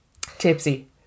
Tipsy